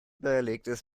belegtes